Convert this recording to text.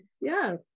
Yes